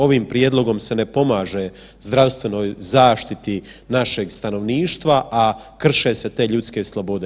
Ovim prijedlogom se ne pomaže zdravstvenoj zaštiti našeg stanovništva, a krše se te ljudske slobode.